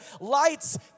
lights